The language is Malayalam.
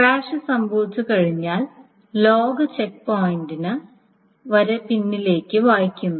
ക്രാഷ് സംഭവിച്ചുകഴിഞ്ഞാൽ ലോഗ് ചെക്ക് പോയിന്റ് വരെ പിന്നിലേക്ക് വായിക്കുന്നു